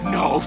no